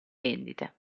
vendite